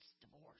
divorce